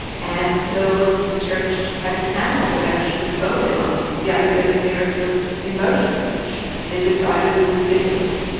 and so the church had a panel that actually voted on the idea that the earth was in motion, which they decided was ridiculous.